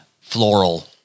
floral